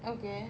okay